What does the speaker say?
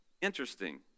Interesting